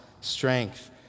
strength